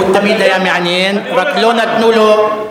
הוא תמיד היה מעניין, רק לא נתנו לו,